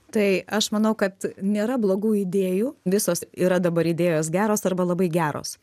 tai aš manau kad nėra blogų idėjų visos yra dabar idėjos geros arba labai geros